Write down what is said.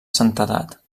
santedat